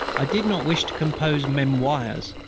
i did not wish to compose memoirs,